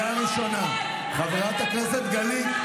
חברת הכנסת גלית,